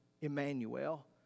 Emmanuel